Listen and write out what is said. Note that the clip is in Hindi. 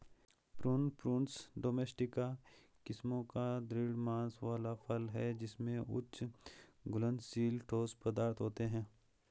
प्रून, प्रूनस डोमेस्टिका किस्मों का दृढ़ मांस वाला फल है जिसमें उच्च घुलनशील ठोस पदार्थ होते हैं